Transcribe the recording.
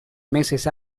meses